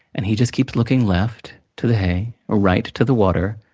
and, he just keeps looking left, to the hay, or right, to the water,